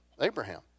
Abraham